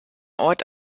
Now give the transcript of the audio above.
ort